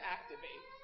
Activate